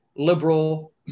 liberal